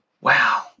wow